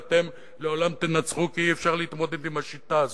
ואתם לעולם תנצחו כי אי-אפשר להתמודד עם השיטה הזאת,